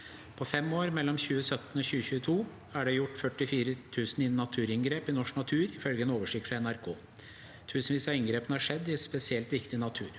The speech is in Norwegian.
«På fem år, mellom 2017 og 2022, er det gjort 44 000 naturinngrep i norsk natur, ifølge en oversikt fra NRK. Tusenvis av inngrepene har skjedd i spesielt viktig natur.